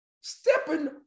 Stepping